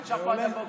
בגללכם,